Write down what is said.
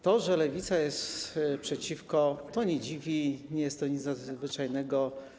To, że Lewica jest przeciwko, to nie dziwi, nie jest to nic nadzwyczajnego.